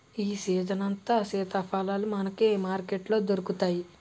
ఈ సీజనంతా సీతాఫలాలే మనకు మార్కెట్లో దొరుకుతాయి